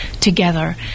together